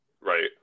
Right